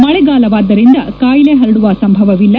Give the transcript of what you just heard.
ಮಳೆಗಾಲವಾದ್ದರಿಂದ ಕಾಯಿಲೆ ಪರಡುವ ಸಂಭವವಿಲ್ಲ